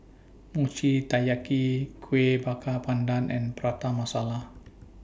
Mochi Taiyaki Kueh Bakar Pandan and Prata Masala